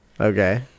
Okay